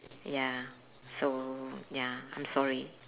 ya so ya I'm sorry